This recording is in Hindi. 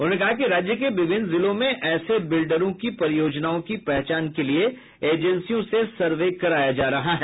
उन्होंने कहा कि राज्य के विभिन्न जिलों में ऐसे बिल्डरों की परियोजनाओं की पहचान के लिए एजेंसियों से सर्वे कराया जा रहा है